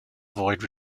avoid